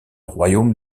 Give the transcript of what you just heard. royaume